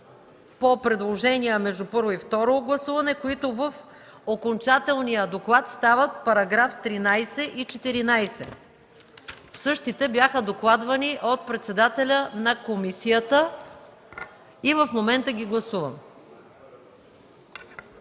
по предложение между първо и второ гласуване, които в окончателния доклад стават § 13 и § 14. Същите бяха докладвани от председателя на комисията и в момента ги гласуваме.